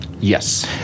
Yes